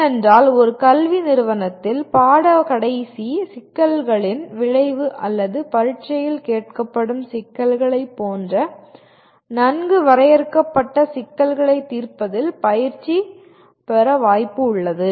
ஏனென்றால் ஒரு கல்வி நிறுவனத்தில் பாட கடைசி சிக்கல்களின் விளைவு அல்லது பரீட்சையில் கேட்கப்படும் சிக்கல்களை போன்ற நன்கு வரையறுக்கப்பட்ட சிக்கல்களைத் தீர்ப்பதில் பயிற்சி பெற வாய்ப்புள்ளது